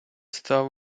став